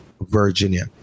Virginia